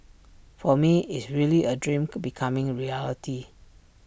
for me is really A dream could becoming A reality